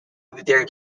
their